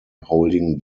holding